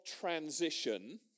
transition